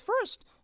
first